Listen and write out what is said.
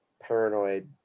paranoid